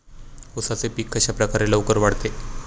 उसाचे पीक कशाप्रकारे लवकर वाढते?